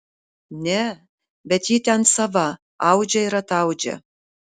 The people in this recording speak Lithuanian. ne bet ji ten sava audžia ir ataudžia